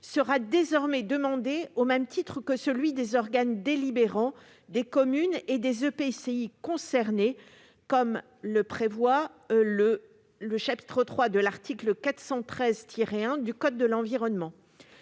sera désormais demandé au même titre que celui des organes délibérants des communes et des EPCI concernés, comme le prévoit actuellement le III de l'article L. 414-1 du code de l'environnement.